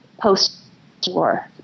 post-war